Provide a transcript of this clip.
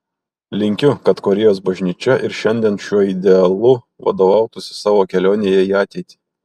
linkiu kad korėjos bažnyčia ir šiandien šiuo idealu vadovautųsi savo kelionėje į ateitį